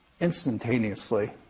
instantaneously